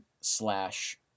slash